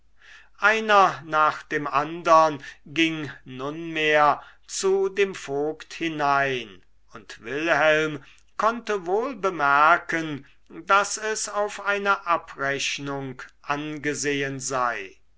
einer nach dem andern ging nunmehr zu dem vogt hinein und wilhelm konnte wohl bemerken daß es auf eine abrechnung angesehen sei